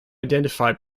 identify